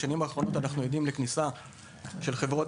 בשנים האחרונות אנחנו עדים לכניסה של חברות